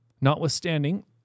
Notwithstanding